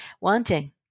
wanting